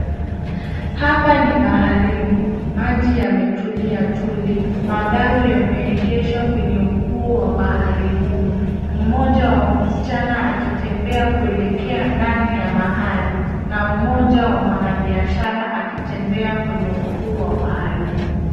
Hapa ni baharini, maji yametulia tuli. Madau yameegeshwa kwenye ufuo wa bahari humu. Mmoja wa msichana akitembea kuelekea ndani ya bahari na mmoja wa mwanabiashara akitembea kwenye ufuo wa bahari huu.